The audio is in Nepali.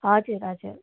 हजुर हजुर